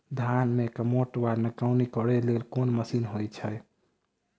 धान मे कमोट वा निकौनी करै लेल केँ मशीन होइ छै?